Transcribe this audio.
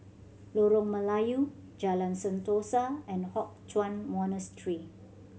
Lorong Melayu Jalan Sentosa and Hock Chuan Monastery